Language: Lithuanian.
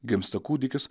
gimsta kūdikis